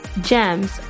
Gems